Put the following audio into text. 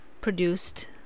produced